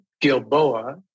Gilboa